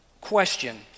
question